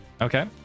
Okay